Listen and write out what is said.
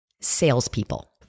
salespeople